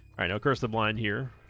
right now curse the blind here